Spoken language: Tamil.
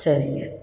சரிங்க